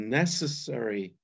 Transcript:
necessary